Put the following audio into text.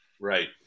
Right